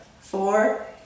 four